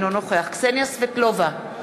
אינו נוכח קסניה סבטלובה,